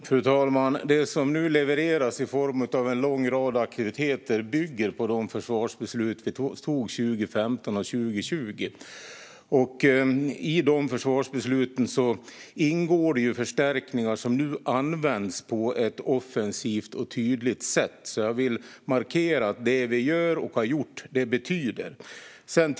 Fru talman! Det som nu levereras i form av en lång rad aktiviteter bygger på de försvarsbeslut vi tog 2015 och 2020. I dessa försvarsbeslut ingick förstärkningar som nu används på ett offensivt och tydligt sätt. Jag vill markera att det vi gör och har gjort betyder någonting.